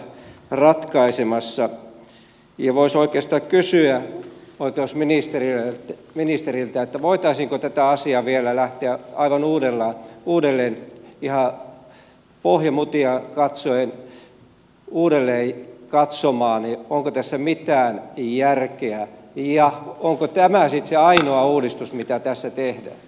voisi oikeastaan kysyä oikeusministeriltä voitaisiinko tätä asiaa vielä lähteä aivan uudelleen ihan pohjamutia myöten uudelleen katsomaan onko tässä mitään järkeä ja onko tämä sitten se ainoa uudistus mikä tässä tehdään